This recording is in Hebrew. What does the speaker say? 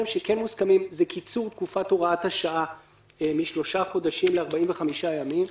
קיצור תקופת הוראת השעה משלושה חודשים ל-45 ימים.